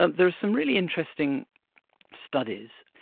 um there are some really interesting studies.